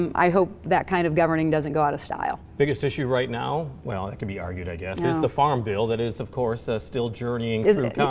i hope that kind of governing doesn't go out of style. biggest issue right now. well, it could be argued, i guess. is the farm bill that is, of course, so still journeying through like